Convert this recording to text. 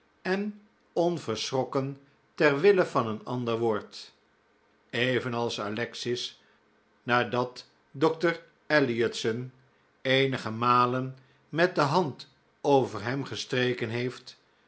en onverschrokken ter wille van een ander wordt evenals alexis nadat dr elliotson eenige malen met de hand over hem gestreken heeft